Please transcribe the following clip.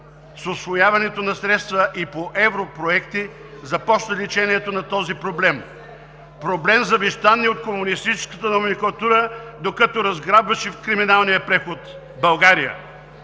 с усвояването на средства и по европроекти започна лечението на този проблем. Проблем, завещан ни от комунистическата номенклатура, докато разграбваше в криминалния преход България.